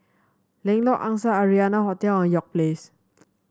Lengkok Angsa Arianna Hotel and York Place